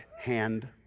hand